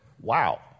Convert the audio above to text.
wow